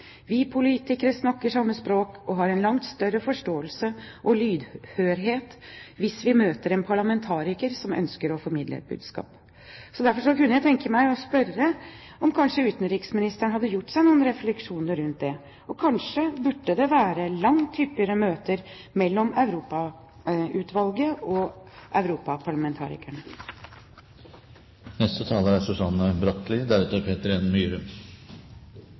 en langt større forståelse og lydhørhet hvis vi møter en parlamentariker som ønsker å formidle et budskap. Så derfor kunne jeg tenke meg å spørre om kanskje utenriksministeren har gjort seg noen refleksjoner rundt det. Kanskje burde det være langt hyppigere møter mellom Europautvalget og europaparlamentarikerne? Norge er